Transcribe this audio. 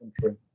country